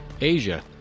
Asia